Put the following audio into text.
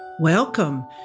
Welcome